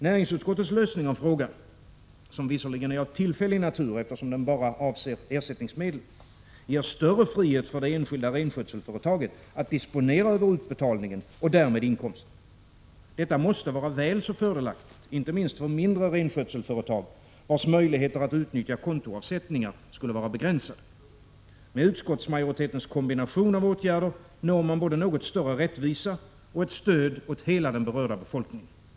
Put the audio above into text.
Näringsutskottets lösning av frågan — som visserligen är av tillfällig natur, eftersom den bara avser ersättningsmedlen — ger större frihet för det enskilda renskötselföretaget att disponera över utbetalningen och därmed inkomsten. Detta måste vara väl så fördelaktigt, inte minst för mindre renskötselföretag, vars möjligheter att utnyttja kontoavsättingar skulle vara begränsade. Med utskottsmajoritetens kombination av åtgärder når man både något större rättvisa och ett stöd åt hela den berörda befolkningen. Herr talman!